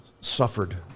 suffered